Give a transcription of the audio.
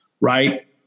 right